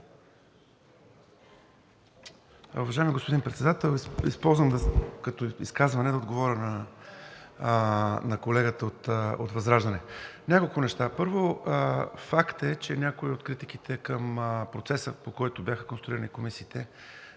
Уважаеми господин Председател, използвам като изказване да отговоря на колегата от ВЪЗРАЖДАНЕ. Няколко неща: Факт е, че някои от критиките към процеса, по който бяха конструирани комисиите,